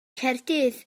caerdydd